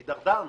הידרדרנו.